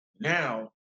now